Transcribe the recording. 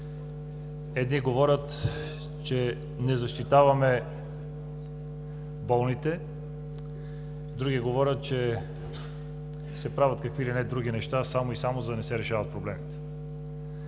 Едни говорят, че не защитаваме болните, други говорят, че се правят какви ли не други неща само и само да не се решават проблемите.